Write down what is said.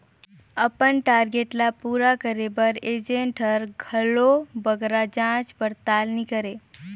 अपन टारगेट ल पूरा करे बर एजेंट हर घलो बगरा जाँच परताल नी करे